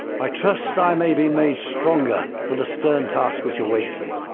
i trust i may be made stronger for the stern task which awaits me.